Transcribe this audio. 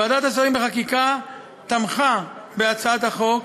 ועדת השרים לחקיקה תמכה בהצעת החוק,